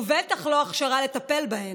ובטח לא הכשרה לטפל בהן.